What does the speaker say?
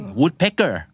woodpecker